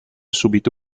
subito